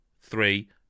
three